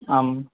आं